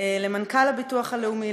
למנכ"ל הביטוח הלאומי,